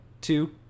two